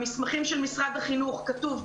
במסמכים של משרד החינוך כתוב,